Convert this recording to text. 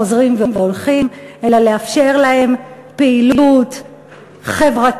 חוזרים והולכים, אלא לאפשר להם פעילות חברתית,